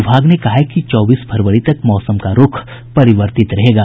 विभाग ने कहा है कि चौबीस फरवरी तक मौसम का रूख परिवर्तित रहेगा